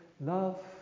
Love